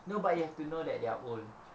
no but you have to know that they are old